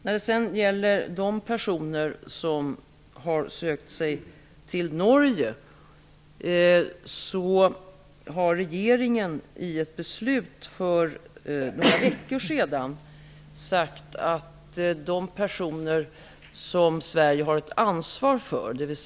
När det gäller de personer som har sökt sig till Norge kan jag säga att regeringen i ett beslut för några veckor sedan sade att de personer som Sverige har ett ansvar för skall omfattas av tidsförordningens regler.